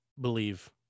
believe